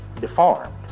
deformed